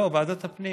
לא, ועדת הפנים.